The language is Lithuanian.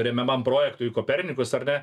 remiamam projektui kopernikus ar ne